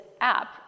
app